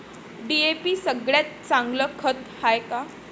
DAP सगळ्यात चांगलं खत हाये का?